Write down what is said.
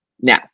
Now